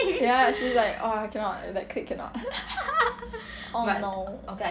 ya she's like oh cannot my clique cannot oh no